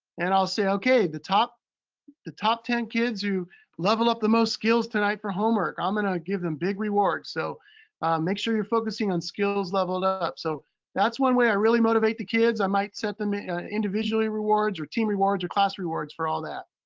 and i'll say, okay, the top the top ten kids who level up the most skills tonight for homework, i'm gonna give them big rewards. so make sure you're focusing on skills leveled ah up. so that's one way i really motivate the kids. i met set them individually rewards, or team rewards or class rewards for all that.